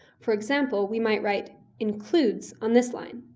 for example, we might write includes on this line.